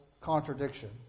contradiction